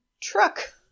truck